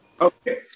Okay